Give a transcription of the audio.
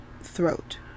Throat